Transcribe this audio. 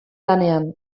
lanean